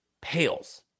pales